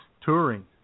touring